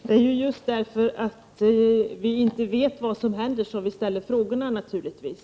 Herr talman! Det är naturligtvis just därför att vi inte vet vad som händer som vi ställer frågorna. Eftersom